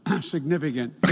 significant